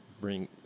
bring